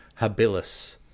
habilis